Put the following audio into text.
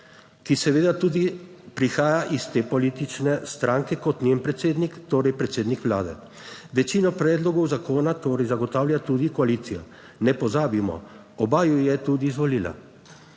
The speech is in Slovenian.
ki seveda tudi prihaja iz te politične stranke kot njen predsednik, torej predsednik Vlade. Večino predlogov zakona torej zagotavlja tudi koalicija. Ne pozabimo, oba ju je tudi izvolila.